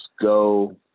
go